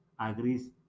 agrees